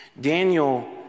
Daniel